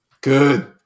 good